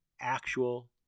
actual